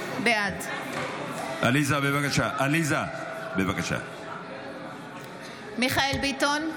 בעד מיכאל מרדכי ביטון,